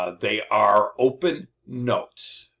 ah they are open notes.